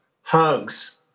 Hugs